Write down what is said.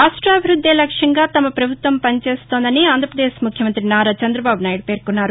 రాష్టాభివృద్దే లక్ష్యంగా తమ ప్రభుత్వం పనిచేస్తోందని ఆంధ్ర ప్రదేశ్ ముఖ్యమంతి నారా చంద్రబాబు నాయుడు పేర్కొన్నారు